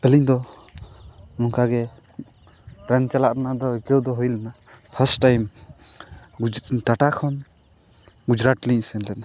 ᱟᱹᱞᱤᱧ ᱫᱚ ᱱᱚᱝᱠᱟᱜᱮ ᱫᱟᱬᱟᱱ ᱪᱟᱞᱟᱣ ᱨᱮᱱᱟᱜ ᱫᱚ ᱟᱹᱭᱠᱟᱹᱣ ᱫᱚ ᱦᱩᱭ ᱞᱮᱱᱟ ᱯᱷᱟᱥᱴ ᱴᱟᱭᱤᱢ ᱴᱟᱴᱟ ᱠᱷᱚᱱ ᱜᱩᱡᱽᱨᱟᱴ ᱞᱤᱧ ᱥᱮᱱ ᱞᱮᱱᱟ